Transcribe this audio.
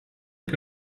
que